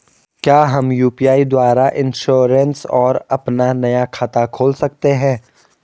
क्या हम यु.पी.आई द्वारा इन्श्योरेंस और अपना नया खाता खोल सकते हैं?